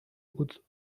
بود